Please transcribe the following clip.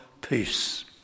peace